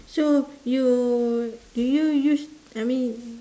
so you do you use I mean